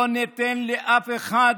לא ניתן לאף אחד